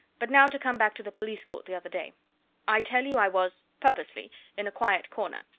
but now to come back to the police court the other day i tell you, i was purposely in a quiet corner,